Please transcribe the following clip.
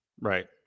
Right